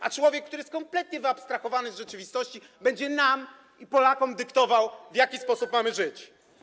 A człowiek, który jest kompletnie wyabstrahowany z rzeczywistości, będzie nam, Polakom, dyktował, w jaki sposób mamy żyć.